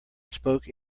spoke